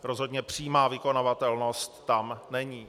Rozhodně přímá vykonavatelnost tam není.